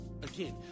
Again